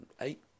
eight